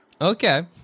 Okay